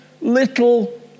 little